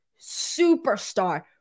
superstar